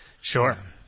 Sure